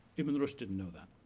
ibn rushd didn't know that.